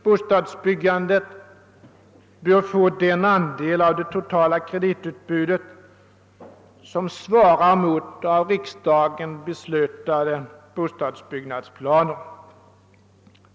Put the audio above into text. Bostadsbyggandet bör få den andel av det totala kreditutbudet som svarar mot av riksdagen beslutade bostadsbyggnadsplaner.